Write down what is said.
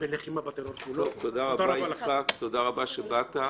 את הציבור הישראלי בין תומכיו ובין מתנגדיו.